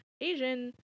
Asian